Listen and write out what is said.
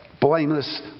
blameless